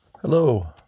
Hello